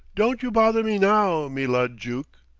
don't you bother me now, me lud juke!